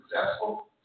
successful